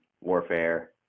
warfare